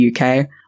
uk